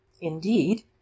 indeed